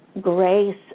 grace